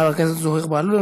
חבר הכנסת זוהיר בהלול,